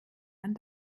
man